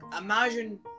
imagine